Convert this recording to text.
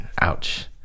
Ouch